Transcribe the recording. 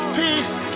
peace